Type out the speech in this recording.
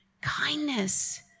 kindness